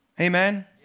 Amen